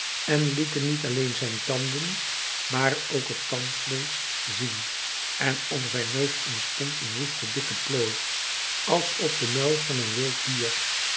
en lieten niet alleen zijn tanden maar ook het tandvleesch zien en om zijn neus ontstond een woeste dikke plooi als op den muil van een wild dier